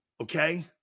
Okay